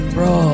Bro